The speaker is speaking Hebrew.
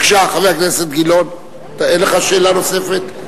בבקשה, חבר הכנסת גילאון, אין לך שאלה נוספת?